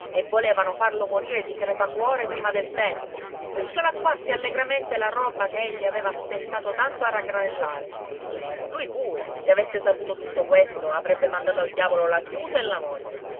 e volevano farlo morire di crepacuore prima del tempo per scialacquarsi allegramente la roba che egli aveva stentato tanto a raggranellare lui pure se avesse saputo tutto questo avrebbe mandato al diavolo la chiusa e la moglie